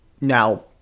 now